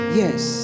yes